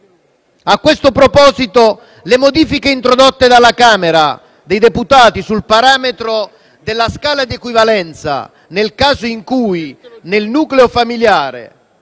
A questo proposito, le modifiche introdotte dalla Camera dei deputati sul parametro della scala di equivalenza nel caso in cui nel nucleo familiare